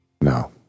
No